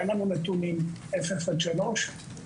אין לנו נתונים מאפס עד שלוש,